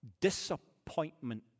disappointment